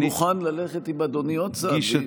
אני מוכן ללכת עם אדוני עוד צעדים,